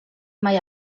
mai